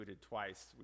twice